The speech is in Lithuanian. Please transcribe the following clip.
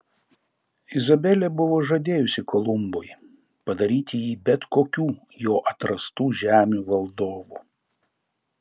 izabelė buvo žadėjusi kolumbui padaryti jį bet kokių jo atrastų žemių valdovu